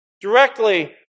directly